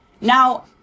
now